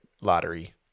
lottery